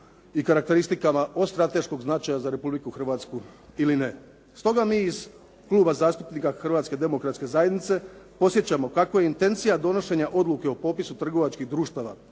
i karakteristikama od strateškog značaja za Republiku Hrvatsku ili ne. Stoga mi iz Kluba zastupnika Hrvatske demokratske zajednice podsjećamo kako je intencija donošenja odluke Popisu trgovačkih društava